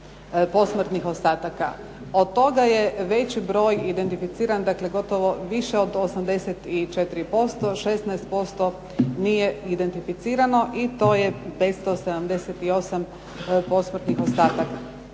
posmrtnih ostataka. Od toga je veći broj identificiran, dakle gotovo više od 84%, 16% nije identificirano i to je … /Govornica